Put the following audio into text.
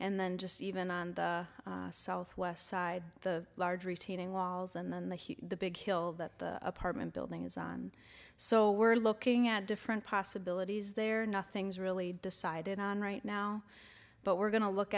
and then just even on the southwest side the large retaining walls and then the huge the big hill that the apartment building is on so we're looking at different possibilities there nothing's really decided on right now but we're going to look